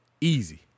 Easy